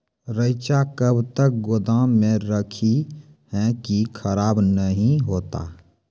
रईचा कब तक गोदाम मे रखी है की खराब नहीं होता?